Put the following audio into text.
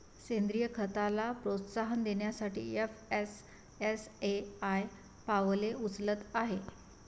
सेंद्रीय खताला प्रोत्साहन देण्यासाठी एफ.एस.एस.ए.आय पावले उचलत आहे